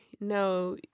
no